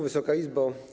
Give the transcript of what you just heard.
Wysoka Izbo!